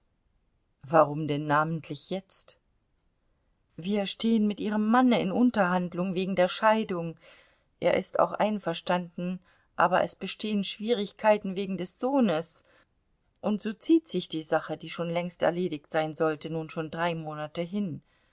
warum denn namentlich jetzt wir stehen mit ihrem manne in unterhandlung wegen der scheidung er ist auch einverstanden aber es bestehen schwierigkeiten wegen des sohnes und so zieht sich die sache die schon längst erledigt sein sollte nun schon drei monate hin